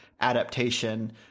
adaptation